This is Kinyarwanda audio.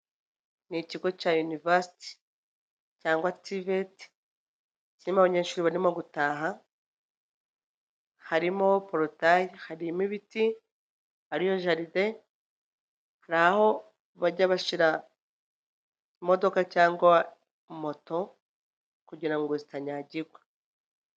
Ni ikigo cya yunivaziti cyangwa TVET, kirimo abanyeshuri barimo gutaha, harimo porotaye, harimo ibiti, hariyo jaride, hari aho bajya bashyira imodoka cyangwa moto kugira ngo zitanyagirwa.